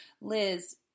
Liz